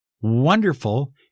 wonderful